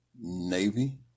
Navy